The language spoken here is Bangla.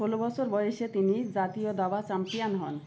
ষোলো বছর বয়েসে তিনি জাতীয় দাবা চাম্পিয়ান হন